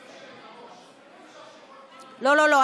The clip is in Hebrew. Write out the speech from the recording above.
גברתי היושבת-ראש, אי-אפשר שכל פעם, לא, לא, לא.